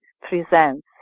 presents